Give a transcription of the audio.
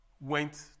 went